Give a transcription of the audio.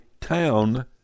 town